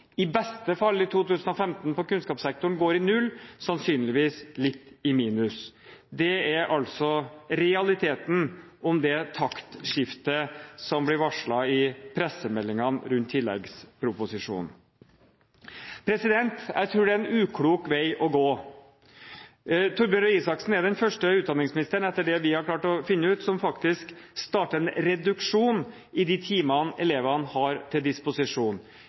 i beste fall i 2015 på kunnskapssektoren går i null, sannsynligvis litt i minus. Det er altså realiteten om det taktskiftet som ble varslet i pressemeldingene rundt tilleggsproposisjonen. Jeg tror det er en uklok vei å gå. Torbjørn Røe Isaksen er den første utdanningsministeren – etter det vi har klart å finne ut – som faktisk starter en reduksjon i de timene elevene har til disposisjon.